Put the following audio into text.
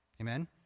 Amen